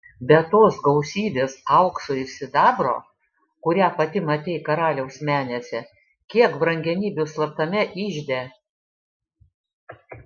be tos gausybės aukso ir sidabro kurią pati matei karaliaus menėse kiek brangenybių slaptame ižde